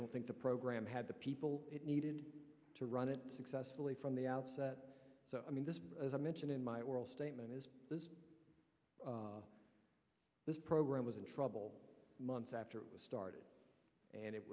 don't think the program had the people it needed to run it successfully from the outset so i mean this as i mentioned in my oral statement is this this program was in trouble months after it was started and it